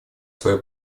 свою